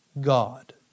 God